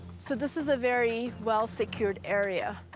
so this is a very well-secured area.